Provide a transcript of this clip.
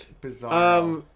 Bizarre